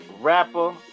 rapper